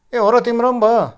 ए हो र तिम्रो पनि भयो